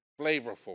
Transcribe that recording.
flavorful